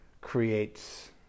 creates